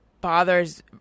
bothers